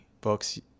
books